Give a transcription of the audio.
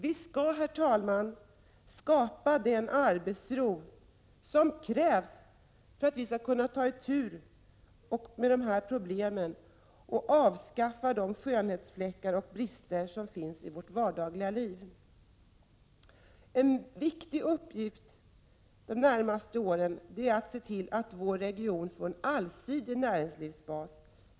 Vi skall, herr talman, skapa den arbetsro som krävs för att vi skall kunna ta itu med problemen och avskaffa de skönhetsfläckar och brister som finns i vårt vardagliga liv. En viktig uppgift de närmaste åren är att se till att vår region får en allsidig näringslivsbas.